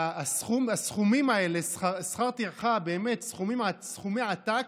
הסכומים האלה, שכר הטרחה, באמת סכומי עתק,